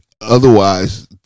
otherwise